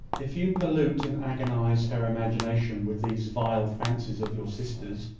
if you pollute and agonise her imagination with these vile fancies of your sister's,